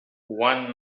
one